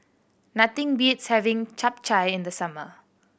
nothing beats having Chap Chai in the summer